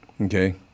Okay